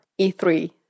E3